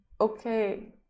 Okay